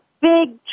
big